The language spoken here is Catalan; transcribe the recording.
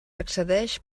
accedeix